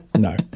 No